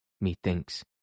methinks